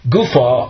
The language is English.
Gufa